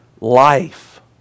life